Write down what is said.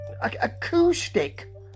acoustic